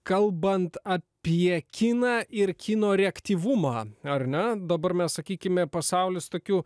kalbant apie kiną ir kino reaktyvumą ar ne dabar mes sakykime pasaulis tokių